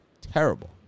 Terrible